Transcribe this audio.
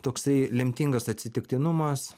toksai lemtingas atsitiktinumas